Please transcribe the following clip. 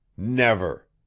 Never